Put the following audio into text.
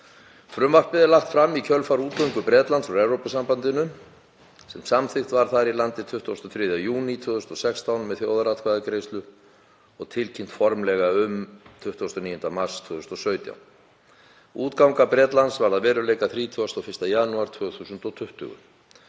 Frumvarpið er lagt fram í kjölfar útgöngu Bretlands úr Evrópusambandinu sem samþykkt var þar í landi 23. júní 2016 með þjóðaratkvæðagreiðslu og tilkynnt formlega um 29. mars 2017. Útganga Bretlands varð að veruleika 31. janúar 2020.